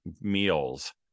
meals